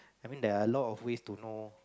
I mean there are lot of ways to know